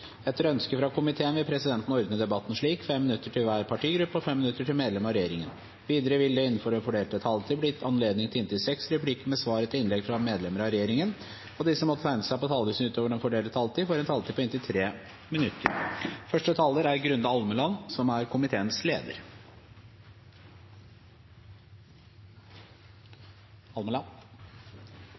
slik: 5 minutter til hver partigruppe og 5 minutter til medlemmer av regjeringen. Videre vil det – innenfor den fordelte taletid – bli gitt anledning til inntil 6 replikker med svar etter innlegg fra medlemmer av regjeringen, og de som måtte tegne seg på talerlisten utover den fordelte taletid, får en taletid på inntil 3 minutter.